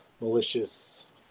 malicious